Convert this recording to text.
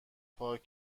پاک